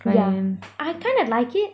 yeah I kinda like it